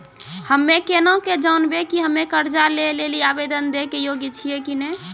हम्मे केना के जानबै कि हम्मे कर्जा लै लेली आवेदन दै के योग्य छियै कि नै?